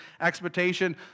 expectation